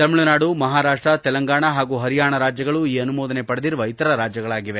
ತಮಿಳುನಾಡು ಮಹಾರಾಷ್ಟ ತೆಲಂಗಾಣ ಪಾಗೂ ಪರ್ಯಾಣ ರಾಜ್ಯಗಳು ಈ ಅನುಮೋದನೆ ಪಡೆದಿರುವ ಇತರ ರಾಜ್ಯಗಳಾಗಿವೆ